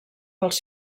pels